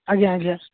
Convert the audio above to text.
ଆଜ୍ଞା ଆଜ୍ଞା